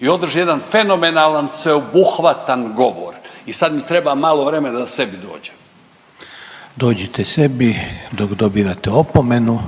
i održi jedan fenomenalan sveobuhvatan govor. I sad mi treba malo vremena da sebi dođem. **Reiner, Željko (HDZ)** Dođite sebi dok dobijate opomenu.